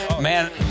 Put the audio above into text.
man